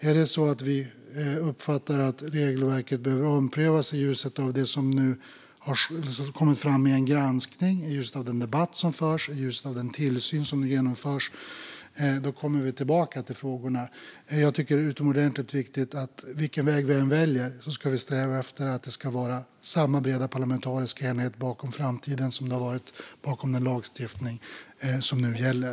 Är det så att vi uppfattar att regelverket behöver omprövas i ljuset av det som nu kommer fram i en granskning, i ljuset av den debatt som förs och i ljuset av den tillsyn som genomförs kommer vi tillbaka till frågorna. Men vilken väg vi än väljer tycker jag att det är utomordentligt viktigt att vi strävar efter att ha samma breda parlamentariska enighet bakom detta i framtiden som vi har haft bakom den lagstiftning som nu gäller.